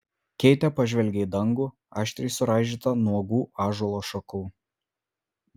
keitė pažvelgė į dangų aštriai suraižytą nuogų ąžuolo šakų